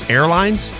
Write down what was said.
Airlines